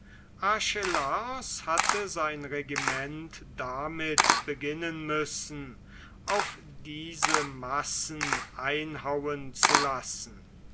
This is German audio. archelaos hatte sein regiment damit beginnen müssen auf diese massen einhauen zu lassen